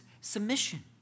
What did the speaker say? submission